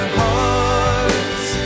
hearts